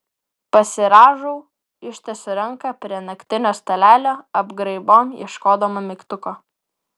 pasirąžau ištiesiu ranką prie naktinio stalelio apgraibom ieškodama mygtuko